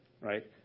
right